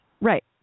Right